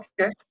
Okay